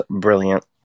brilliant